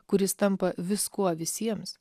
kuris tampa viskuo visiems